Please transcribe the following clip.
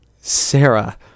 Sarah